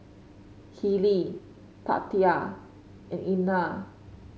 Kelli Tatia and Einar